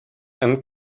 and